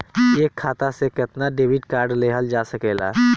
एक खाता से केतना डेबिट कार्ड लेहल जा सकेला?